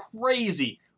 crazy